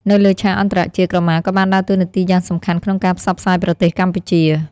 នៅលើឆាកអន្តរជាតិ ក្រមាក៏បានដើរតួនាទីយ៉ាងសំខាន់ក្នុងការផ្សព្វផ្សាយប្រទេសកម្ពុជា។